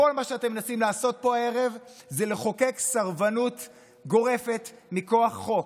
כל מה שאתם מנסים לעשות פה הערב הוא לחוקק סרבנות גורפת מכוח חוק.